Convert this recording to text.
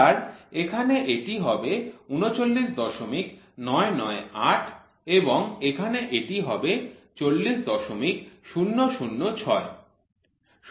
আর এখানে এটি হবে ৩৯৯৯৮ এবং এখানে এটি হবে ৪০০০৬